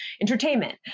entertainment